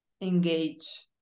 engage